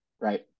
right